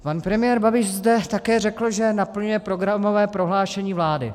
Pan premiér Babiš zde také řekl, že naplňuje programové prohlášení vlády.